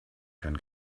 kann